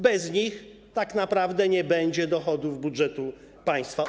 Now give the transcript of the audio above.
Bez nich tak naprawdę nie będzie dochodów budżetu państwa.